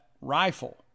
rifle